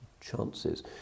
chances